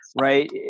right